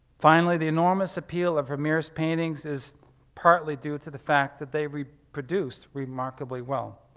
finally, the enormous appeal of vermeer's paintings is partly due to the fact that they reproduced remarkably well.